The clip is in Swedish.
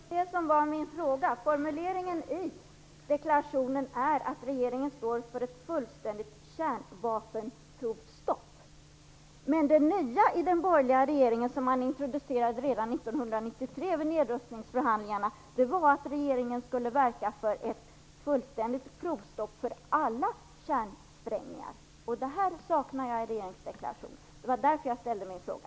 Fru talman! Det var just det som var min fråga. Formuleringen i deklarationen är att regeringen står för ett fullständigt kärnvapenprovstopp. Men det nya som den borgerliga regeringen introducerade redan vid nedrustningsförhandlingarna 1993 var att regeringen skulle verka för att fullständigt provstopp för alla kärnsprängningar. Jag saknar det i regeringsdeklarationen. Det var därför jag ställde min fråga.